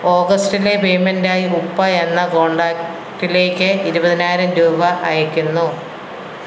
ഓഗസ്റ്റിലെ പേയ്മെൻറ്റായി ഉപ്പ എന്ന കോണ്ടാക്ടിലേക്ക് ഇരുപതിനായിരം രൂപ അയയ്ക്കുന്നു